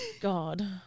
God